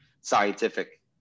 scientific